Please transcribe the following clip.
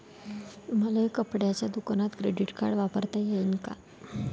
मले कपड्याच्या दुकानात क्रेडिट कार्ड वापरता येईन का?